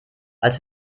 als